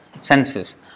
senses